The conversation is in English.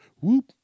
Whoop